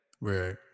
Right